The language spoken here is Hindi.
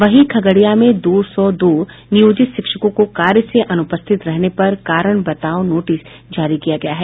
वहीं खगड़िया में दो सो दो नियोजित शिक्षकों को कार्य से अन्पस्थित रहने पर कारण बताओ नोटिस जारी किया गया है